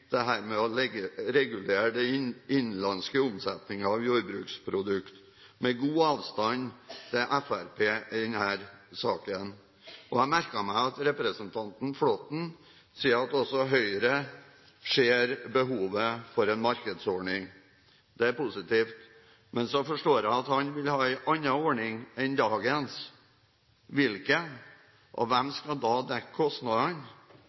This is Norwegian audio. å regulere innenlandsk omsetning av jordbruksprodukter, med god avstand til Fremskrittspartiet i denne saken. Jeg merket meg at representanten Flåtten sier at også Høyre ser behovet for en markedsordning. Det er positivt. Men så forstår jeg at han vil ha en annen ordning enn dagens. Hvilken? Og hvem skal da dekke kostnadene?